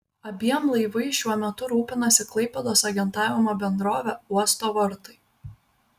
abiem laivais šiuo metu rūpinasi klaipėdos agentavimo bendrovė uosto vartai